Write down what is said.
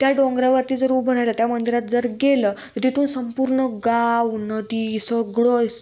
त्या डोंगरावरती जर उभं राहिला त्या मंदिरात जर गेलं तिथून संपूर्ण गाव नदी सगळं